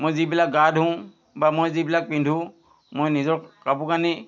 মই যিবিলাক গা ধুওঁ বা মই যিবিলাক পিন্ধো মই নিজৰ কাপোৰ কানি